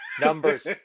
Numbers